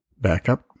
Backup